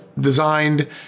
designed